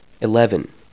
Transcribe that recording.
Eleven